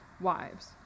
wives